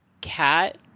cat